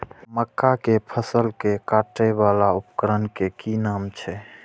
मक्का के फसल कै काटय वाला उपकरण के कि नाम छै?